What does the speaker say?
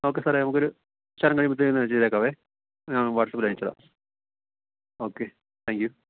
okay സാറെ നമുക്കൊരു ശകലം കഴിയുമ്പോഴത്തേന് ചെയ്തേക്കാവേ ഞാന് വാട്സാപ്പിലയച്ചുതരാം ഓക്കെ താങ്ക്യൂ